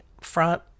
front